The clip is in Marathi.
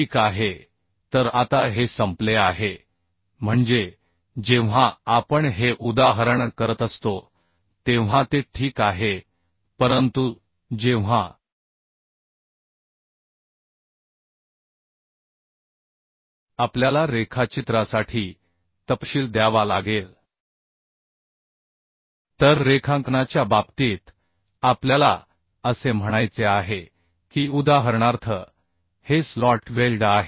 ठीक आहे तर आता हे संपले आहे म्हणजे जेव्हा आपण हे उदाहरण करत असतो तेव्हा ते ठीक आहे परंतु जेव्हा आपल्याला रेखाचित्रासाठी तपशील द्यावा लागेल तर रेखांकनाच्या बाबतीत आपल्याला असे म्हणायचे आहे की उदाहरणार्थ हे स्लॉट वेल्ड आहे